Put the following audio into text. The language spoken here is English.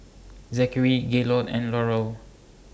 Zakary Gaylord and Laurel